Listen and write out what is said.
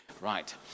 Right